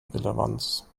relevanz